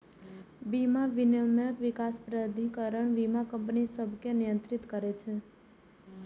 बीमा विनियामक विकास प्राधिकरण बीमा कंपनी सभकें नियंत्रित करै छै